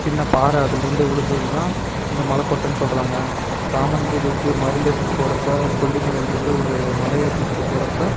சின்ன பாறை அதில் இருந்து விழுந்ததுதான் இந்த மலைக்கோட்டன்னு சொல்லுறாங்க ராமன் சீதைக்கு மருந்து எடுத்துகிட்டு போறப்போ கொல்லிமலையிலிருந்து ஒரு மலையை தூக்கிகிட்டு போறப்போ